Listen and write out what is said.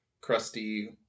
crusty